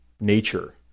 nature